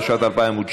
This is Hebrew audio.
התשע"ט 2019,